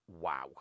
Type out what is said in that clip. wow